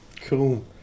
Cool